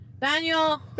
Daniel